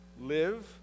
live